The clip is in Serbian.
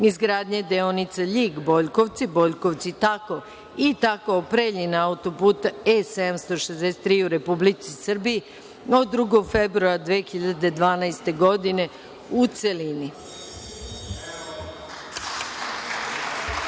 izgradnje deonice Ljig – Boljkovci, Boljkovci – Takovo i Takovo – Preljina, auto-put E-763 u Republici Srbiji, od 2. februara 2012. godine, u celini. Ne,